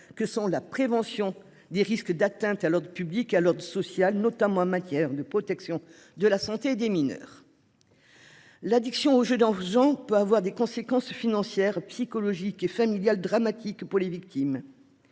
que sont la prévention des risques d'atteinte à l'ordre public à l'autre social notamment en matière de protection de la santé des mineurs. L'addiction aux jeux d'en faisant peut avoir des conséquences financières psychologiques et familiales dramatiques pour les victimes.